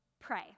pray